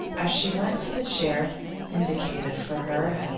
as she went to the chair indicated for her,